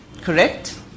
correct